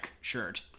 shirt